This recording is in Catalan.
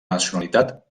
nacionalitat